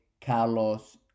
Carlos